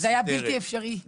זה היה בלתי אפשרי.